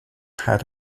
had